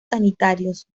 sanitarios